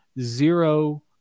zero